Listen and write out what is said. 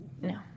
No